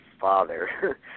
father